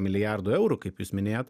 milijardų eurų kaip jūs minėjot